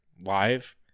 live